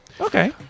Okay